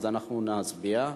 אנחנו נצביע.